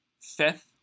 fifth